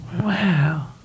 Wow